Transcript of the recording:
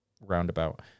roundabout